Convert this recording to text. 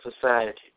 society